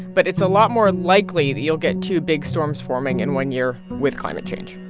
but it's a lot more likely that you'll get two big storms forming in one year with climate change.